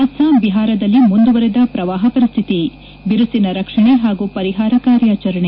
ಅಸ್ಲಾಂ ಬಿಹಾರದಲ್ಲಿ ಮುಂದುವರೆದ ಪ್ರವಾಹ ಪರಿಸ್ಥಿತಿ ಬಿರುಸಿನ ರಕ್ಷಣೆ ಹಾಗೂ ಪರಿಹಾರ ಕಾರ್ಯಾಚರಣೆ